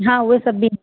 हा उहे सभु बि